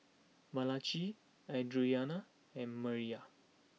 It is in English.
Malachi Audriana and Amiyah